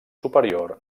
superior